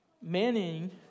Manning